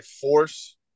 force